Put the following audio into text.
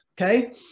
okay